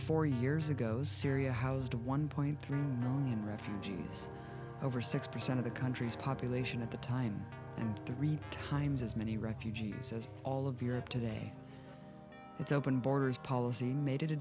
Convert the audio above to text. four years ago syria housed one point three million refugees over six percent of the country's population at the time to read times as many refugees as all of europe today it's open borders policy made it a